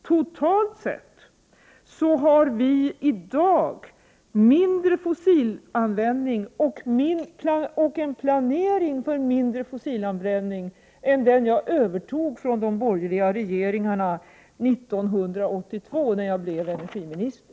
Totalt sett har vi i dag mindre fossilanvändning och en planering för mindre fossilanvändning än i den plan jag övertog från de borgerliga regeringarna 1982 när jag blev energiminister.